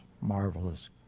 marvelous